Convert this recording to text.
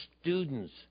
students